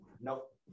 nope